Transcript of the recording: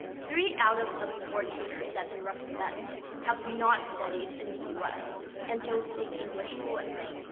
three out of the four tutors that they recommend have not studied in the us and don't speak english fluently.